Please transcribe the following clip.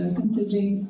considering